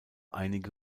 einige